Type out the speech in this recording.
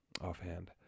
offhand